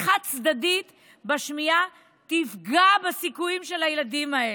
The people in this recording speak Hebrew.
חד-צדדית בשמיעה תפגע בסיכויים של הילדים האלה.